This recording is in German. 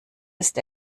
ist